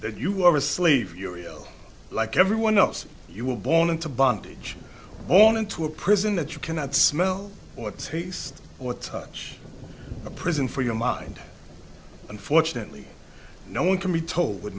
that you are a slave your eel like everyone else you were born into bondage born into a prison that you cannot smell or taste or touch a prison for your mind unfortunately no one can be told what